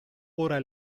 ora